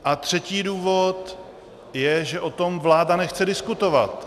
A třetí důvod je, že o tom vláda nechce diskutovat.